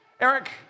Eric